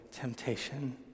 temptation